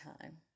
time